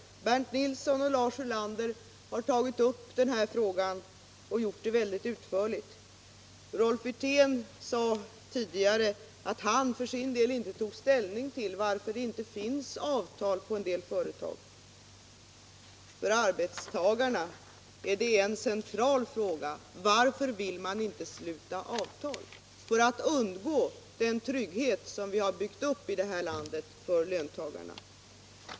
Bernt Nilsson och Lars Ulander har tagit upp den frågan och gjort det väldigt utförligt. Rolf Wirtén sade tidigare att han för sin del inte tog ställning till varför det inte finns avtal på en del företag. För arbetstagarna är det en central fråga: Varför vill man inte sluta avtal? Jo, för att undgå den trygghet som vi har byggt upp för löntagarna i detta land.